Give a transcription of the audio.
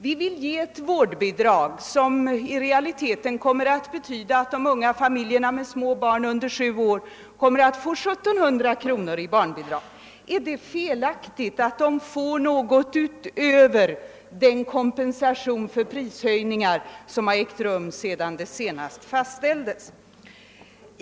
Vi vill ge ett vårdbidrag som i realiteten kommer att betyda, att de unga familjerna med barn under sju år kommer att få 1700 kronor i barnbidrag. är det felaktigt, att de får något utöver den kompensation för prishöjningar som har ägt rum sedan det senast fastställdes?